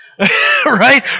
right